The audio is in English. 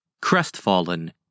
Crestfallen